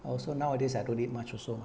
also nowadays I don't eat much also